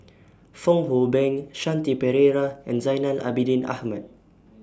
Fong Hoe Beng Shanti Pereira and Zainal Abidin Ahmad